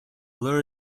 lure